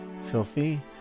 filthy